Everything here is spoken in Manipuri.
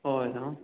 ꯍꯣꯍꯣꯏ ꯇꯥꯃꯣ